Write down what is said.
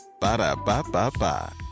Ba-da-ba-ba-ba